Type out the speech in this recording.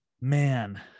Man